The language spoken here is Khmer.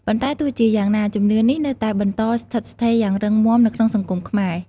ប៉ុន្តែទោះជាយ៉ាងណា ជំនឿនេះនៅតែបន្តស្ថិតស្ថេរយ៉ាងរឹងមាំនៅក្នុងសង្គមខ្មែរ។